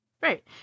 Right